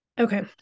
Okay